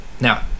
Now